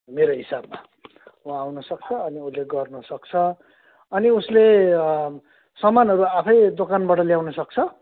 मेरो हिसाबमा उ आउनु सक्छ अनि उसले गर्नु सक्छ अनि उसले सामानहरू आफै दोकानबाट ल्याउनु सक्छ